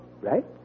right